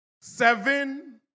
seven